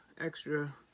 extra